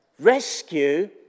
Rescue